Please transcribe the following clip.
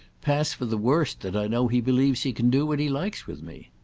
pass for the worst that i know he believes he can do what he likes with me.